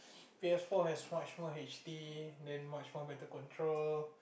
P_S-four has much more H_D and then much more better control